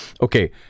Okay